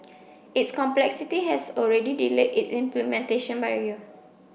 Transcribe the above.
its complexity has already delayed its implementation by a year